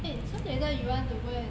eh so later you want to go and